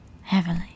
heavily